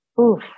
Oof